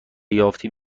یافتیم